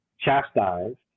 chastised